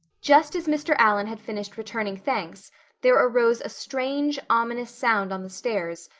just as mr. allan had finished returning thanks there arose a strange, ominous sound on the stairs,